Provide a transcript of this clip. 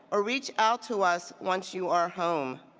or reach out to us once you are home.